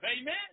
Amen